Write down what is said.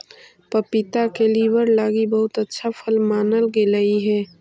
पपीता के लीवर लागी बहुत अच्छा फल मानल गेलई हे